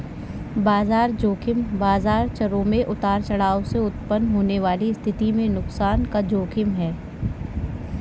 बाजार ज़ोखिम बाजार चरों में उतार चढ़ाव से उत्पन्न होने वाली स्थिति में नुकसान का जोखिम है